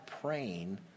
praying